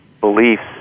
beliefs